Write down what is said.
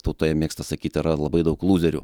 tautoje mėgsta sakyti yra labai daug lūzerių